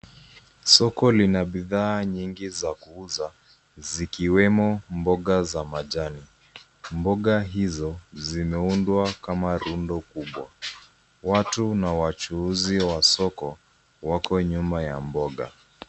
Soko lina bidhaa nyingi za kuuza zikiwemo mboga za majani. Mboga hizo zimeundwa kama rundo kubwa. Watu na wachuuzi wa soko wako nyuma ya mboga.